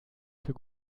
für